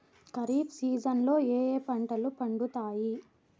ఖరీఫ్ సీజన్లలో ఏ ఏ పంటలు పండుతాయి